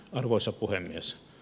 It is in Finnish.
arvoisa puhemies